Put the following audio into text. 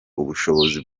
ubushobozi